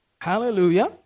Hallelujah